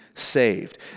saved